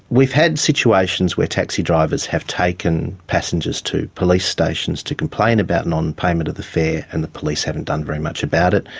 we've had situations where taxi drivers have taken passengers to police stations to complain about non-payment of the fare, and the police haven't done very much about it.